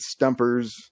stumpers